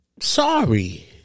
sorry